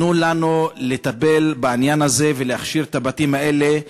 תנו לנו לטפל בעניין הזה ולהכשיר את הבתים האלה.